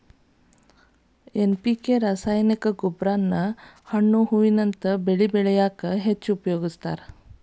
NPK ರಾಸಾಯನಿಕ ಗೊಬ್ಬರಾನ ಹಣ್ಣು ಹೂವಿನಂತ ಬೆಳಿ ಬೆಳ್ಯಾಕ ಹೆಚ್ಚ್ ಉಪಯೋಗಸ್ತಾರ